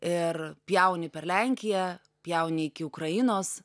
ir pjauni per lenkiją pjauni iki ukrainos